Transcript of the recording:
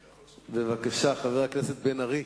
בבקשה, חבר הכנסת בן-ארי.